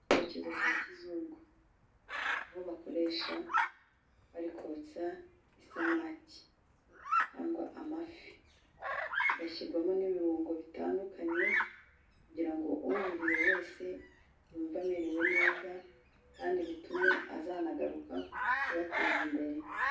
Icyokezo cya kizungu, aho bakoresha bari kotsa isamaki cyangwa amafi. Hagashyirwamo n'ibirungo bitandukanye, kugirango uyiriye wese yumve amerewe neza, kandi bitume azanagaruka kubateza imbere.